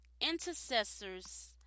intercessors